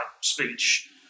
speech